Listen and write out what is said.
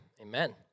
Amen